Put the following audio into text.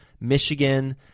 Michigan